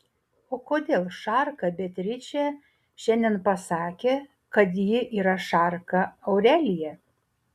o kodėl šarka beatričė šiandien pasakė kad ji yra šarka aurelija